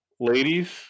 ladies